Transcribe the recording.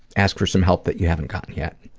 ask for some help that you haven't gotten yet.